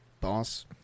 boss